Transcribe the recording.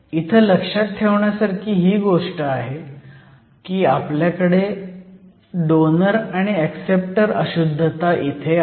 इथं लक्षात ठेवण्यासारखी ही गोष्ट आहे की इथे आपल्याकडे डोनर आणि ऍक्सेप्टर अशुद्धता आहेत